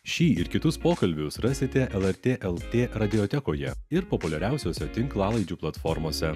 šį ir kitus pokalbius rasite lrtlt radiotekoje ir populiariausiose tinklalaidžių platformose